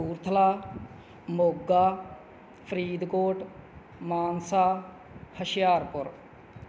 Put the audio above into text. Kapurthala Moga Faridkot Mansa Hoshiarpur